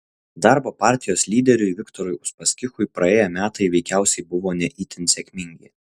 darbo partijos lyderiui viktorui uspaskichui praėję metai veikiausiai buvo ne itin sėkmingi